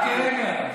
רק רגע.